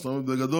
זאת אומרת, בגדול,